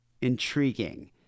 intriguing